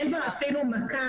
אין בו אפילו מכ"ם.